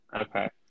okay